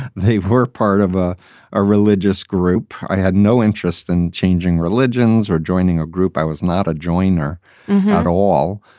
they were part of ah a religious group i had no interest in changing religions or joining a group. i was not a joiner at all,